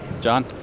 John